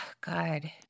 God